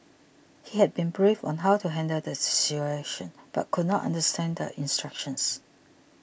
he had been briefed on how to handle the situation but could not understand the instructions